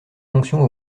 fonctions